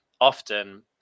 often